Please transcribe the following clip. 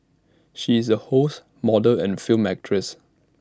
she is A host model and film actress